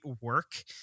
work